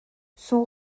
son